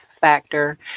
factor